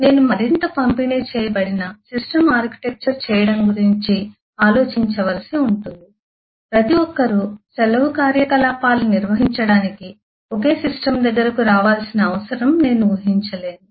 నేను మరింత పంపిణీ చేయబడిన సిస్టమ్ ఆర్కిటెక్చర్ చేయడం గురించి ఆలోచించవలసి ఉంటుంది ప్రతి ఒక్కరూ సెలవు కార్యకలాపాలు నిర్వహించడానికి ఒకే సిస్టమ్ దగ్గరకు రావాల్సిన అవసరం నేను ఊహించలేను